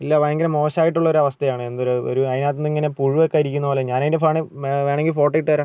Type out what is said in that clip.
അല്ല ഭയങ്കര മോശമായിട്ടുള്ള ഒരു അവസ്ഥയാണ് എന്തോ ഒരു അതിന് അകത്തുനിന്ന് ഇങ്ങനെ പുഴുവൊക്കെ അരിക്കുന്നത് പോലെ ഞാൻ അതിൻ്റെ ഫന വേണമെങ്കിൽ ഫോട്ടോ ഇട്ടു തരാം